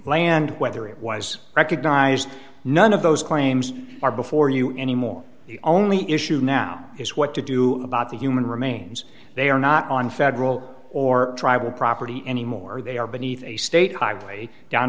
land whether it was recognized none of those claims are before you anymore the only issue now is what to do about the human remains they are not on federal or tribal property anymore they are beneath a state highway down